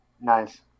Nice